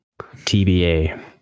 TBA